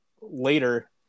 later